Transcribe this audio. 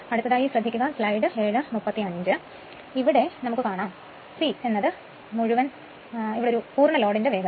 ഇപ്പോൾ c ആണ് മുഴുവൻ ലോഡിന്റെ വേഗത